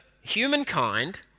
humankind